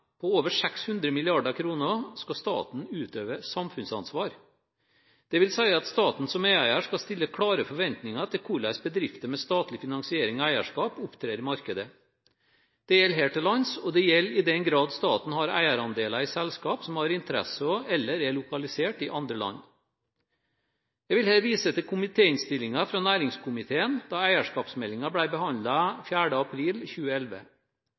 på over 600 mrd. kr skal staten utøve samfunnsansvar, dvs. at staten som medeier skal stille klare forventninger til hvordan bedrifter med statlig finansiering av eierskap opptrer i markedet. Det gjelder her til lands, og det gjelder i den grad staten har eierandeler i selskaper som har interesser eller er lokalisert i andre land. Jeg vil her vise til komitéinnstillingen fra næringskomiteen da eierskapsmeldingen ble behandlet 9. juni 2011.